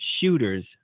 shooters